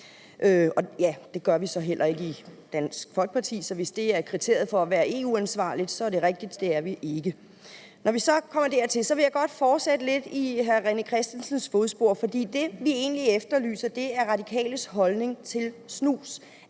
alt. Det gør vi så heller ikke i Dansk Folkeparti, så hvis det er kriteriet for at være EU-ansvarlig, er det rigtigt, at det er vi ikke. Jeg vil så godt fortsætte lidt i hr. René Christensens fodspor, for det, vi egentlig efterlyser, er De Radikales holdning til snus.